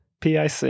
PIC